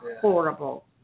horrible